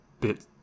bit